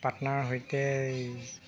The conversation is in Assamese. পাটনাৰৰ সৈতে